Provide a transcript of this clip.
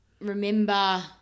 remember